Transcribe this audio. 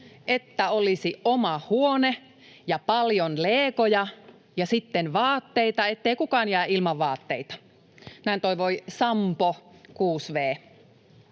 "Että olisi oma huone ja paljon legoja ja sitten vaatteita, ettei kukaan jää ilman vaatteita.” Näin toivoi Sampo, 6